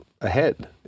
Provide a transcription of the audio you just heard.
ahead